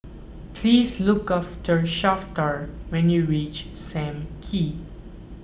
please look for Shafter when you reach Sam Kee